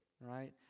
right